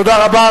תודה רבה.